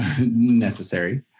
necessary